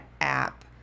app